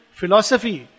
philosophy